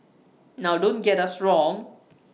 now don't get us wrong